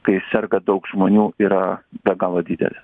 kai serga daug žmonių yra be galo didelė